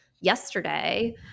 yesterday